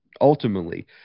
ultimately